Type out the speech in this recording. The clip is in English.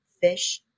fish